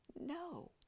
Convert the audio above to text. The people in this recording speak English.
No